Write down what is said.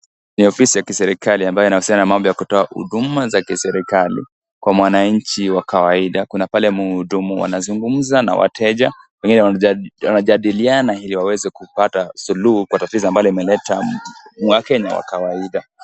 Ni ofisi ya kiserikali ambayo inahusiana na mambo ya kutoa huduma za kiserikali kwa mwananchi wa kawaida, kuna pale mhudumu anazungumza na mteja pengine wanajadiliana ili waweze kupata suluhu kwa matatizo imeleta mwake na wa kawaida.